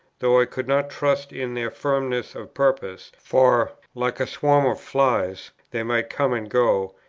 though i could not trust in their firmness of purpose, for, like a swarm of flies, they might come and go,